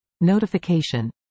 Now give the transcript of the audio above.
Notification